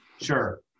sure